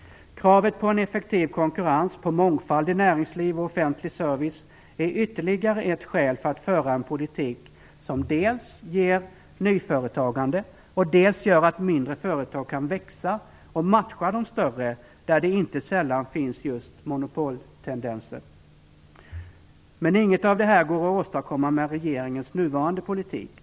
Kravet på en effektiv konkurrens och mångfald i näringsliv och offentlig service är ytterligare skäl för att föra en politik som dels leder till nyföretagande och dels gör att mindre företag kan växa och matcha de större företagen, där det inte sällan finns just monopoltendenser. Men inget av detta går att åstadkomma med regeringens nuvarande politik.